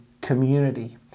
community